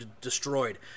destroyed